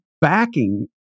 backing